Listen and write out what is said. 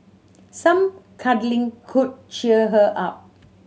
some cuddling could cheer her up